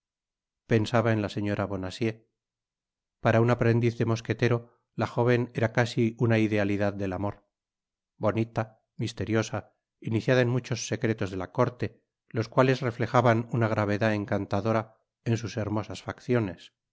pensaba en la seüora bonacieux para un aprendiz de mosquetero la jóven era casi una idealidad de amor bonita misteriosa iniciada en muchos secretos tela corte los cuales reflejaban una gravedad encantadora en sus hermosas íacciones